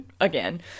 again